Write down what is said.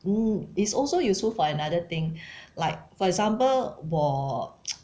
!woo! it's also useful for another thing like for example 我